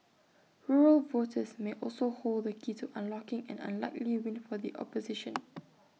rural voters may also hold the key to unlocking an unlikely win for the opposition